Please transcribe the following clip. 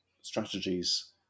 strategies